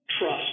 trust